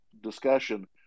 discussion